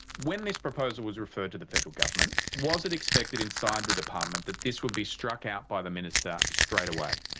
when this proposal was referred to the federal government, was it expected inside the department that this would be struck out by the minister straight away?